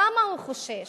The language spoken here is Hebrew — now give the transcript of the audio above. למה הוא חושש?